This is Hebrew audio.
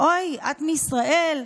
אוי, את מישראל,